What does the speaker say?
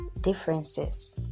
differences